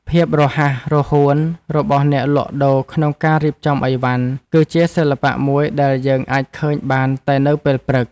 ភាពរហ័សរហួនរបស់អ្នកលក់ដូរក្នុងការរៀបចំឥវ៉ាន់ គឺជាសិល្បៈមួយដែលយើងអាចឃើញបានតែនៅពេលព្រឹក។